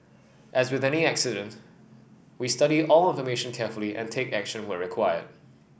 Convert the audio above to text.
as with any incident we study all information carefully and take action where required